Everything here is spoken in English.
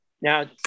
Now